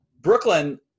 Brooklyn